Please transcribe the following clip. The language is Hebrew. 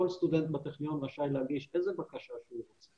כל סטודנט בטכניון רשאי להגיש איזה בקשה שהוא רוצה